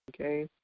Okay